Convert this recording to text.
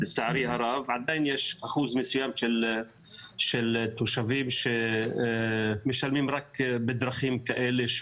לצערי הרב עדיין יש אחוז מסוים של תושבים שמשלמים רק בדרכים כאלה,